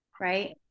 right